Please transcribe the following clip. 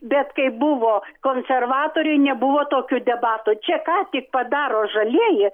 bet kai buvo konservatoriai nebuvo tokių debatų čia ką tik padaro žalieji